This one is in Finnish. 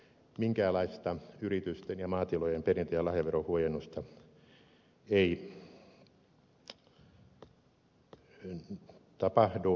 minkäänlaista yritysten ja maatilojen perintö ja lahjaverohuojennusta ei tapahdu